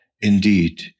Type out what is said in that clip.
Indeed